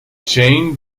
janet